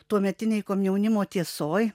tuometinėj komjaunimo tiesoj